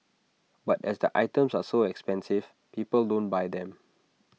but as the items are so expensive people don't buy them